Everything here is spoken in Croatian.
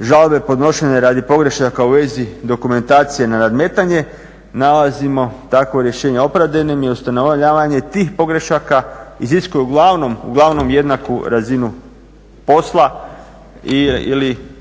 žalbe podnošenja radi pogrešaka u vezi dokumentacija na nadmetanje nalazimo takvo rješenje opravdanim i ustanovljavanje tih pogrešaka iziskuje uglavnom jednaku razinu posla ili